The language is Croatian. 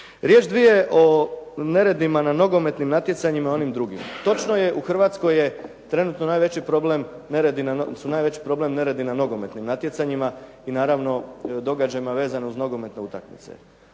Riječ, dvije o neredima na nogometnim natjecanjima onim drugim. Točno je, u Hrvatskoj su trenutno najveći problem neredi na nogometnim natjecanjima i naravno događajima vezanim uz nogometne utakmice.